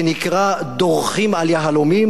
זה נקרא: "דורכים על יהלומים,